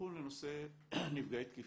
אבחון לנושא נפגעי תקיפה.